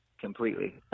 Completely